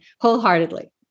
wholeheartedly